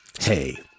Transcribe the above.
Hey